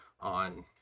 on